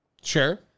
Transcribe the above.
Sure